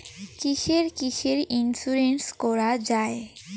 কিসের কিসের ইন্সুরেন্স করা যায়?